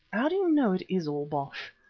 how do you know it is all bosh?